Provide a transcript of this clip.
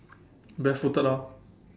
bare footed lah